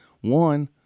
One